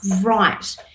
right